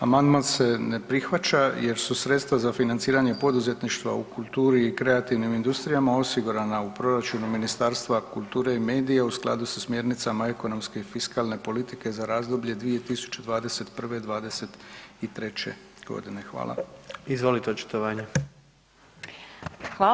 Amandman se ne prihvaća jer su sredstva za financiranje poduzetništva u kulturi i kreativnim industrijama osigurana u proračunu Ministarstva kulture i medija u skladu sa smjernicama ekonomske i fiskalne politike za razdoblje 2021.-2023. g. Hvala.